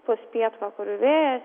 pūs pietvakarių vėjas